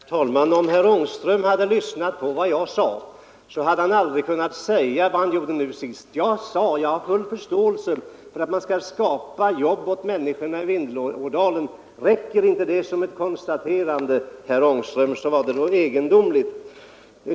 Herr talman! Om herr Ångström hade lyssnat på mitt inlägg så hade han aldrig kunnat säga vad han sade nu senast. Jag framhöll att jag har full förståelse för att man skall skapa jobb åt människorna i Vindelådalen. Räcker inte det som ett konstaterande, herr Ångström, så var det då egendomligt.